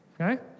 okay